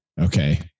Okay